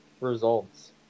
results